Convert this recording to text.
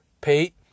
Pete